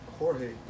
Jorge